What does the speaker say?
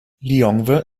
lilongwe